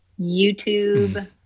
youtube